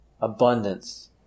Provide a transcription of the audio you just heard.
Abundance